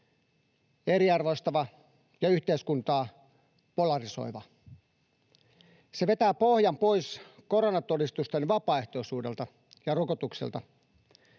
eriarvoistava ja yhteiskuntaa polarisoiva. Se vetää pohjan pois koronatodistusten vapaaehtoisuudelta ja rokotuksilta